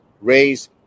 raise